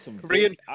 Korean